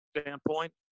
standpoint